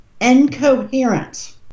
incoherent